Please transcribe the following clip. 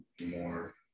more